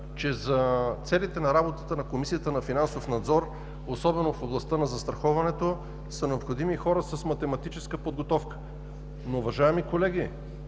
че целите на работата на Комисията за финансов надзор, особено в областта на застраховането, са необходими хора с математическа подготовка. Уважаеми колеги,